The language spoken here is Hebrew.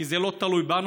כי זה לא תלוי בנו,